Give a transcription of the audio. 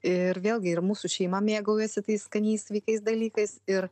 ir vėlgi ir mūsų šeima mėgaujasi tais skaniais sveikais dalykais ir